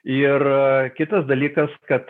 ir kitas dalykas kad